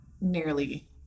nearly